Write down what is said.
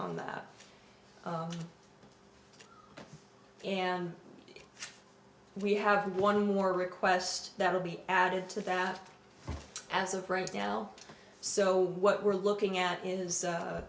on that and we have one more request that will be added to that as of right now so what we're looking at is